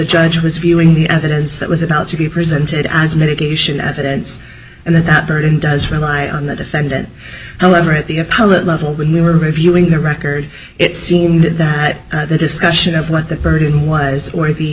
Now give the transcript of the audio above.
judge was viewing the evidence that was about to be presented as mitigation evidence and then that burden does rely on the defendant however at the appellate level when we were reviewing the record it seemed that the discussion of what that burden was or the